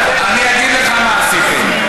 אני אגיד לך מה עשיתם: